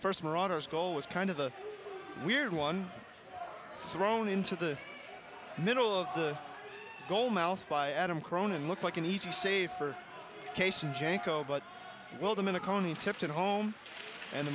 first marauders goal was kind of a weird one thrown into the middle of the goal mouth by adam cronin looked like an easy safer case and janko but well them in a county tipped at home and the